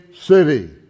city